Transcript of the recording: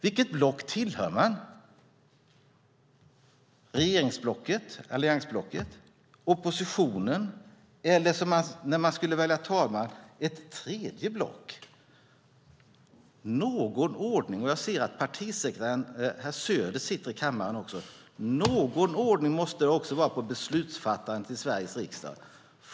Vilket block tillhör man, regeringsblocket, alliansblocket, oppositionen eller, som när vi skulle välja talman, ett tredje block? Jag ser att partisekreteraren herr Söder också sitter i kammaren. Någon ordning måste det också vara på beslutsfattandet i Sveriges riksdag.